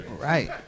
Right